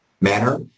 manner